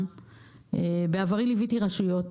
בעברי ליוויתי רשויות